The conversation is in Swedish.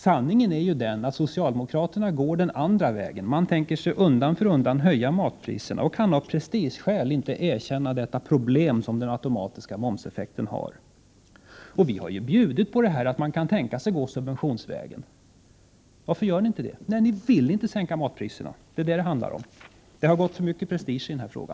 Sanningen är ju att socialdemokraterna går den andra vägen — man kommer undan för undan att höja matpriserna, men man kan av prestigeskäl inte erkänna problemet med den automatiska momseffekten. Vi har ju bjudit på förslaget att man kan tänka sig att gå subventionsvägen. Varför gör ni inte det? Jo, därför att ni inte vill sänka matpriserna — det är detta det handlar om. Det har gått för mycket prestige i denna fråga.